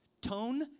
tone